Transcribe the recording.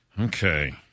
Okay